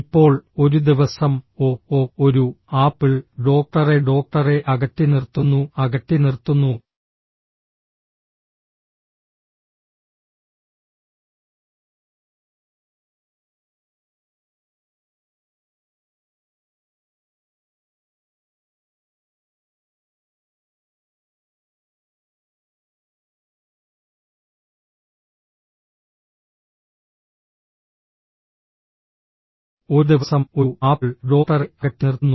ഇപ്പോൾ ഒരു ദിവസം ഒ ഒ ഒരു ആപ്പിൾ ഡോക്ടറെ ഡോക്ടറെ അകറ്റിനിർത്തുന്നു അകറ്റിനിർത്തുന്നു ഒരു ദിവസം ഒരു ആപ്പിൾ ഡോക്ടറെ അകറ്റിനിർത്തുന്നു